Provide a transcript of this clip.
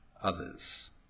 others